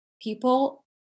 people